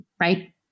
Right